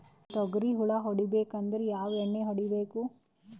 ತೊಗ್ರಿ ಹುಳ ಹೊಡಿಬೇಕಂದ್ರ ಯಾವ್ ಎಣ್ಣಿ ಹೊಡಿಬೇಕು?